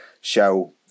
show